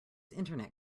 internet